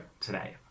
today